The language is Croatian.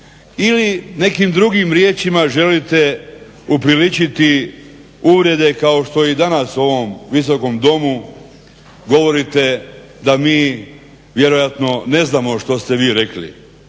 ili nekim drugim riječima želite upriličiti uvrede kao što i danas u ovom Visokom domu govorite da mi vjerojatno ne znamo što ste vi rekli.